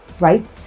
right